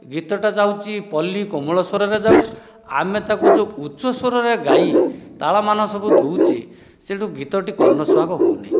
ଗୀତଟା ଚାହୁଁଛି ପଲି କମଳ ସ୍ୱରରେ ଯାଉ ଆମେ ତାକୁ ଯେଉଁ ଉଚ୍ଚ ସ୍ୱରରେ ଗାଇ ତାଳ ମାନ ସବୁ ଦୋଉଛେ ସେ ଯେଉଁ ଗୀତଟି କର୍ଣ୍ଣ ସୁହାଗ ହେଉନି